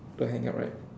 don't hang up right